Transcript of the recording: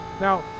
Now